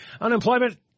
Unemployment